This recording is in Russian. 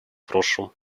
прошлом